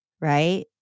Right